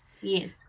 yes